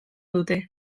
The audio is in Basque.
dute